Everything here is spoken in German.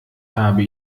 habe